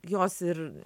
jos ir